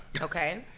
Okay